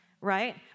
right